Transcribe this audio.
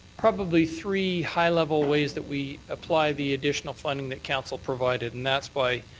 probably three high-level ways that we apply the additional funding that council provided. and that's by